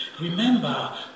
Remember